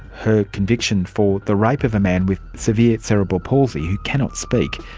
her conviction for the rape of a man with severe cerebral palsy who cannot speak,